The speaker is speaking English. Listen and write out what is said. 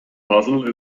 puzzle